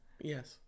Yes